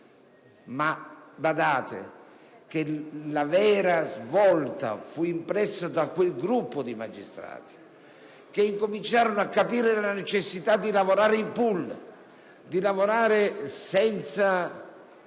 Badate che la vera svolta fu impressa da quel gruppo di magistrati che iniziarono a capire la necessità di lavorare in *pool*, di lavorare senza